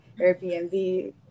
Airbnb